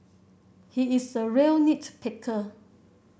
he is a real nit picker